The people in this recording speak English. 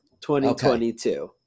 2022